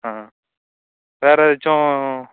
ஆ வேறு ஏதாச்சும்